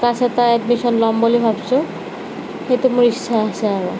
class এটাত admission ল'ম বুলি ভাৱিছোঁ সেইটো মোৰ ইচ্ছা আছে আৰু